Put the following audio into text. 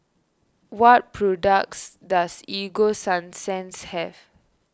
what products does Ego Sunsense have